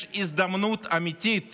יש הזדמנות אמיתית